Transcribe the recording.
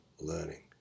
learning